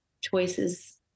choices